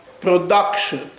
production